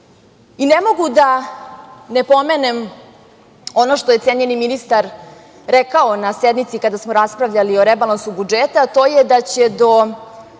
I ne mogu a da ne pomenem ono što je cenjeni ministar rekao na sednici kada smo raspravljali o rebalansu budžeta, a to je da će do